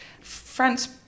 France